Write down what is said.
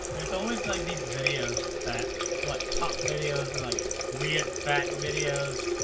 there's always like these videos that like top videos, and like weird fact videos.